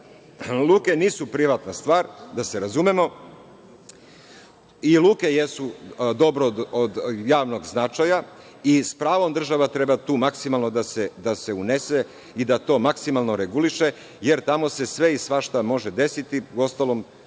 Luke nisu privatna stvar, da se razumemo i luke jesu dobro od javnog značaja i s pravom država tu treba maksimalno da se unese i da to maksimalno reguliše, jer tamo se sve i svašta može desiti, uostalom,